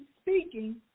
speaking